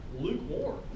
lukewarm